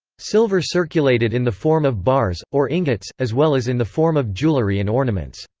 silver circulated in the form of bars, or ingots, as well as in the form of jewellery and ornaments.